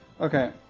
Okay